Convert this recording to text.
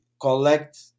collect